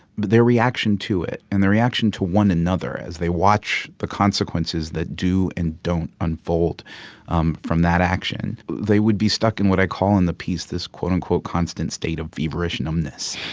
but their reaction to it and their reaction to one another as they watch the consequences that do and don't unfold um from that action, they would be stuck in what i call in the piece this, quote, unquote, constant state of feverish numbness,